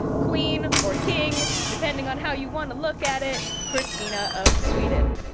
queen, or king, depending on how you want to look at it, kristina of sweden,